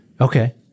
Okay